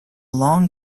long